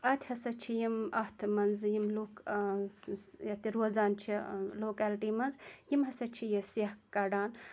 اَتہِ ہَسا چھِ یِم اَتھ منٛز یِم لُکھ ییٚتہِ روزان چھِ لوکیلٹی منٛز یِم ہَسا چھِ یہِ سٮ۪کھ کَڑان